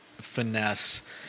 finesse